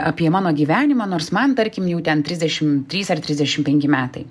apie mano gyvenimą nors man tarkim jau ten trisdešimt trys ar trisdešimt penki metai